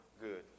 good